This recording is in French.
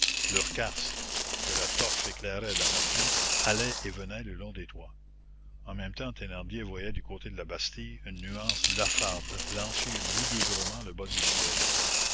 leurs casques que la torche éclairait dans la pluie allaient et venaient le long des toits en même temps thénardier voyait du côté de la bastille une nuance blafarde blanchir lugubrement le bas du ciel